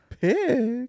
pick